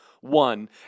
one